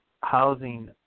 housing